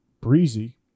Breezy